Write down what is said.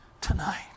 tonight